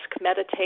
meditate